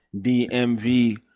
DMV